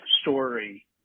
story